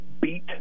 beat